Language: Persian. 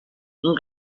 این